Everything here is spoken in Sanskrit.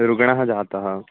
रुग्णः जातः